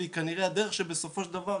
וזו כנראה הדרך שבסופו של דבר,